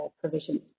provisions